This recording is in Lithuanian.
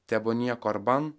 tebūnie korban